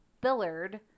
Billard